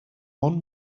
one